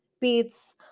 beets